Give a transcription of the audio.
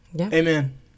amen